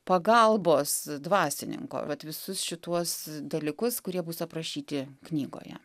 pagalbos dvasininko vat visus šituos dalykus kurie bus aprašyti knygoje